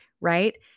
right